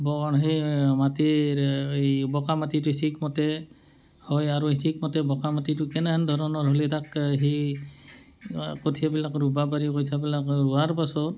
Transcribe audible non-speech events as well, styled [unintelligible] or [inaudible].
[unintelligible] সেই মাটিৰ এই বোকা মাটিটো ঠিক মতে হয় আৰু ঠিক মতে বোকা মাটিটো কেনেকুৱা ধৰণৰ হ'লে তাক সেই কঠীয়াবিলাক ৰুব পাৰি কঠীয়াবিলাক ৰোৱাৰ পাছত